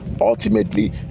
ultimately